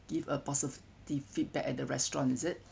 give a positive feedback at the restaurant is it